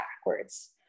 backwards